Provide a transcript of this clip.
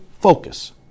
focus